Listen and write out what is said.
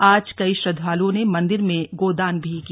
आज कई श्रद्धालुओं ने मंदिर में गोदान भी किया